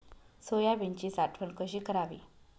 सोयाबीनची साठवण कशी करावी?